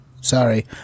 Sorry